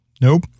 Nope